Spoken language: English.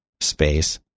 space